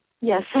yes